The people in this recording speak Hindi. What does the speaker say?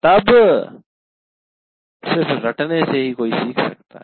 तब रटने से ही कोई सीख सकता है